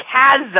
chasm